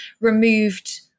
removed